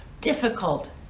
difficult